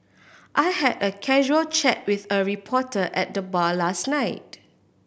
I had a casual chat with a reporter at the bar last night